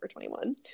21